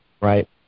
right